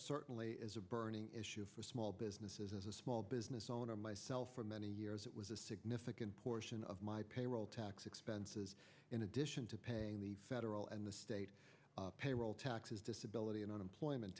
certainly is a burning issue for small businesses a small business owner myself for many years it was a significant portion of my payroll tax expenses in addition to paying the federal and the state payroll taxes disability and unemployment